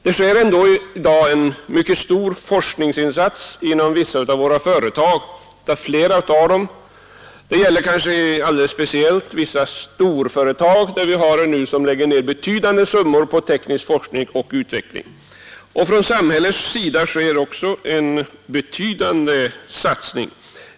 Det görs i dag en mycket stor forskningsinsats inom flera av våra företag. Det gäller kanske speciellt vissa storföretag; det finns en del som lägger ned betydande summor på teknisk forskning och utveckling. Från nisk utveckling nisk utveckling samhällets sida görs också en betydande satsning.